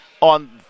on